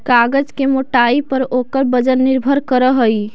कागज के मोटाई पर ओकर वजन निर्भर करऽ हई